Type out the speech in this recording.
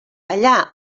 allà